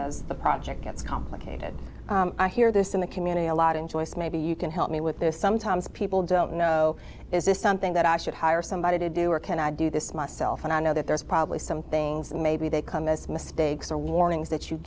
as the project gets complicated i hear this in the community a lot in choice maybe you can help me with this sometimes people don't know is this something that i should hire somebody to do or can i do this myself and i know that there's probably some things that maybe they come as mistakes or warnings that you